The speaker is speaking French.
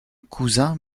cousin